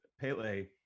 Pele